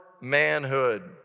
manhood